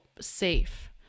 safe